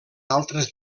altres